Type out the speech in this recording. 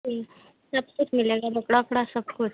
जी सब कुछ मिलेगा ढोकला ओकड़ा सब कुछ